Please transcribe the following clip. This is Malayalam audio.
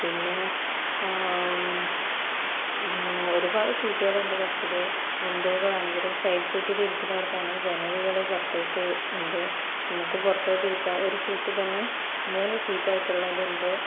പിന്നെ ഒരുപാട് സീറ്റുകള്ണ്ട് ബസ്സില് വിൻഡോകളാണെങ്കിലും സൈഡ് സീറ്റിലിരിക്കുന്നവർക്കാണെൽ ജനലുകള് പുറത്തേക്ക് ഒരു ഉണ്ട് നമുക്ക് പുറത്തോട്ട് ഇരിക്കാം ഒരു സീറ്റ് തന്നെ മൂന്നു സീറ്റായിട്ടുള്ളതുണ്ട്